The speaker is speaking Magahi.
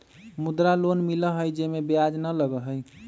मुद्रा लोन मिलहई जे में ब्याज न लगहई?